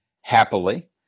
happily